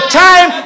time